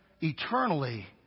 eternally